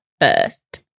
first